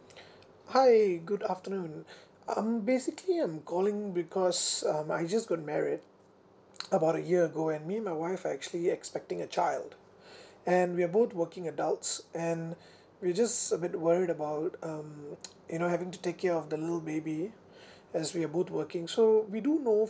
hi good afternoon um basically I'm calling because um I just got married about a year ago and me and my wife are actually expecting a child and we're both working adults and we're just a bit worried about um you know having to take care of the little baby as we are both working so we do know